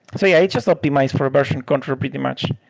so yeah, it's just optimized for version control pretty much.